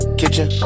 kitchen